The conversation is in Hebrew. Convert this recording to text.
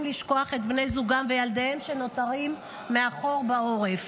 לשכוח את בני זוגם ואת ילדיהם שנותרים מאחור בעורף,